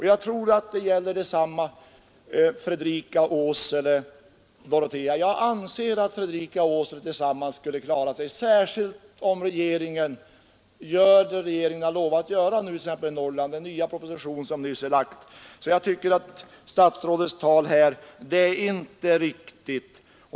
Jag tror att detsamma gäller Fredrika-Åsele-Dorotea. Jag anser att Fredrika och Åsele skulle klara sig tillsammans utan Dorotea, särskilt om regeringen gör det regeringen lovat göra i den nya proposition som nyss är lagd. Jag tycker således att statsrådets tal här inte är riktigt.